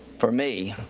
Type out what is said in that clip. for me,